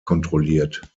kontrolliert